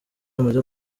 wamaze